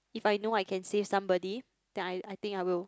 if I know I can save somebody then I I think I will